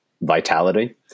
vitality